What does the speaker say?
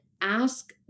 ask